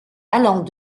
allant